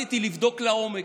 החלטתי לבדוק לעומק: